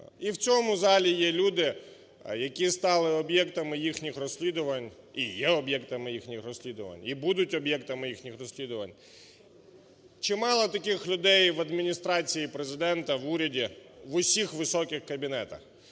І в цьому залі є люди, які стали об'єктами їхніх розслідувань і є об'єктами їхніх розслідувань, і будуть об'єктами їхніх розслідувань. Чи мало таких людей в Адміністрації Президента, в уряді, в усіх високих кабінетах?